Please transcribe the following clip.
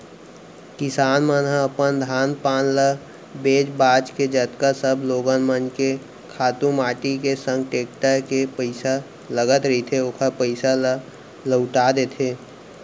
किसान मन ह अपन धान पान ल बेंच भांज के जतका सब लोगन मन के खातू माटी के संग टेक्टर के पइसा लगत रहिथे ओखर पइसा ल लहूटा देथे